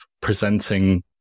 presenting